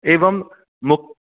एवं मु